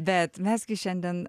bet mes gi šiandien